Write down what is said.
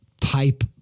type